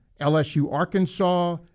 LSU-Arkansas